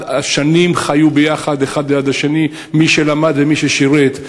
שנים חיו יחד האחד ליד השני מי שלמד ומי ששירת.